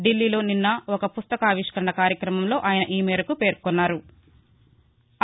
ఢిల్లీలో నిన్న ఒక పుస్తకావిష్కరణ కార్యక్రమంలో ఆయన ఈ మేరకు పేర్కొన్నారు